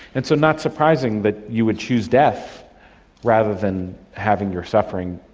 and so not surprising that you would choose death rather than having your suffering,